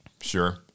Sure